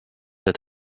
had